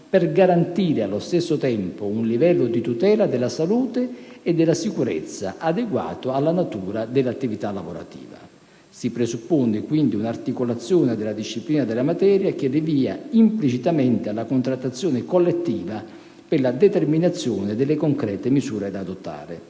per garantire allo stesso tempo un livello di tutela della salute e della sicurezza adeguato alla natura dell'attività lavorativa. Si presuppone, quindi, un'articolazione della disciplina della materia che rinvia implicitamente alla contrattazione collettiva per la determinazione delle concrete misure da adottare.